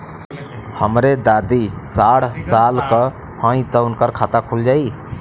हमरे दादी साढ़ साल क हइ त उनकर खाता खुल जाई?